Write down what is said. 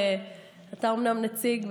אתה אומנם נציג,